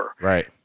Right